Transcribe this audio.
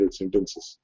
sentences